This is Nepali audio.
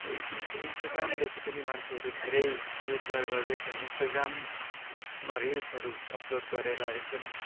इन इन्स्टाग्रामदेखि पनि मान्छेहरू धेरै रोजगार गर्दैछन् इन्स्टाग्राममा रिल्सहरू अपलोड गरेर एकदम